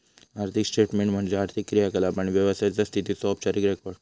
आर्थिक स्टेटमेन्ट म्हणजे आर्थिक क्रियाकलाप आणि व्यवसायाचा स्थितीचो औपचारिक रेकॉर्ड